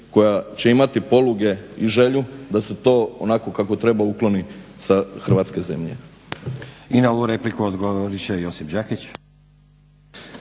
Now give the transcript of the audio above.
koja će imati poluge i želju da se to onako kako treba ukloni sa hrvatske zemlje. **Stazić, Nenad (SDP)** I na ovu repliku odgovorit će Josip Đakić.